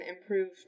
improve